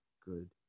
good